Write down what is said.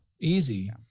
easy